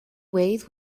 ways